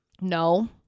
No